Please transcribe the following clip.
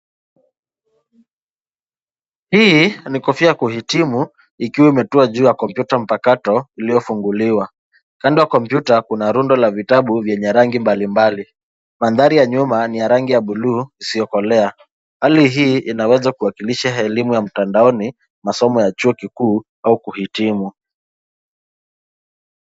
Hii ni kofia ya kuhitimu ikiwa imetua juu ya kompyuta mpakato lililofunguliwa. Kando ya kompyuta kuna rundo la vitabu vyenye rangi mbalimbali. Mandhari ya nyuma ni ya rangi ya buluu isiyokolea. Hali hii inaweza kuwakilisha elimu ya mtandaoni, masomo ya chuo kikuu au kuhitimu.